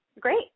Great